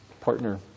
partner